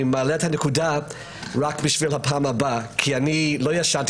אני מעלה את הנקודה רק בשביל הפעם הבאה כי אני לא ישנתי